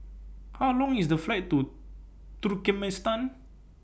How Long IS The Flight to Turkmenistan